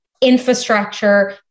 infrastructure